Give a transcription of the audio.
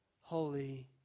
holy